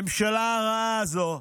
הממשלה הרעה הזאת,